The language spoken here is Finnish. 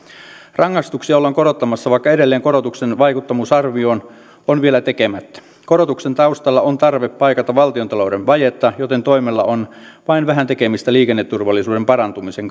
rangaistuksia ollaan korottamassa vaikka edelleen korotuksien vaikuttavuusarvio on on vielä tekemättä korotuksen taustalla on tarve paikata valtiontalouden vajetta joten toimella on vain vähän tekemistä liikenneturvallisuuden parantumisen